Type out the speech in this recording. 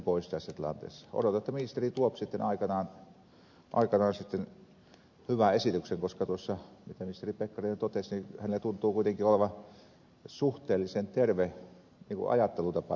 odotan että ministeri tuo sitten aikanaan hyvän esityksen koska tuossa mitä ministeri pekkarinen totesi hänellä tuntuu kuitenkin olevan suhteellisen terve ajattelutapa tähän kysymykseen